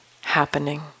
happening